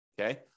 Okay